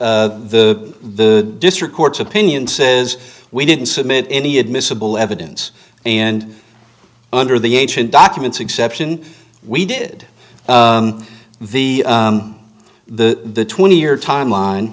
the the district court's opinion says we didn't submit any admissible evidence and under the ancient documents exception we did the the twenty year timeline